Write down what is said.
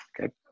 okay